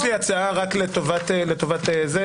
יש לי הצעה רק לטובת זה,